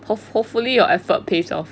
hope hopefully your effort pays off